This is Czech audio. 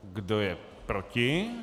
Kdo je proti?